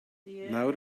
nawr